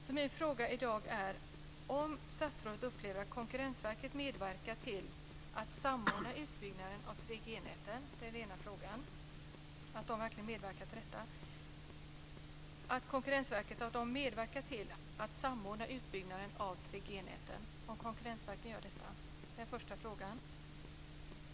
Min första fråga i dag är om statsrådet upplever att Konkurrensverket verkligen medverkar till att samordna utbyggnaden av 3 G-näten.